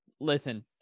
Listen